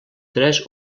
tres